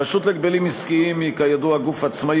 הרשות להגבלים עסקיים היא כידוע גוף עצמאי,